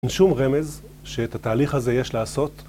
אין שום רמז שאת התהליך הזה יש לעשות